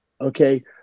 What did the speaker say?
okay